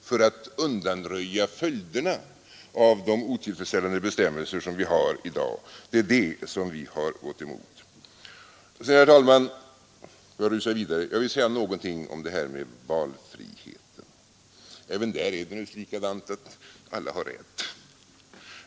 för att undanröja följderna av de otillfredsställande bestämmelser vi har i dag, som vi har gått emot. Herr talman! Jag vill också säga någonting om det här med valfriheten. Även härvidlag är det naturligtvis likadant — att alla har rätt.